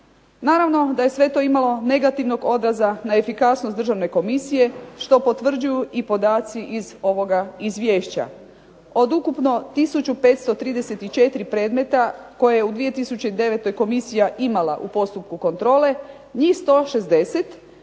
Naravno da je sve to imalo negativnog odraza na efikasnost državne komisije što potvrđuju podaci iz ovoga izvješća. Od ukupno tisuću 534 predmeta koje je u 2009. komisija imala u postupku kontrole, njih 160 praktički